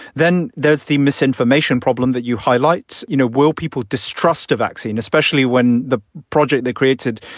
then there's the misinformation problem that you highlight. you know, will people distrust a vaccine, especially when the project they created,